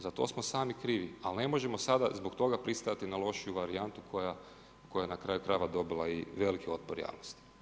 Za to smo sami krivi, ali ne možemo sada zbog toga pristajati na lošiju varijantu koja na kraju krajeva dobila i veliki otpor javnosti.